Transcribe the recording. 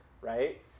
right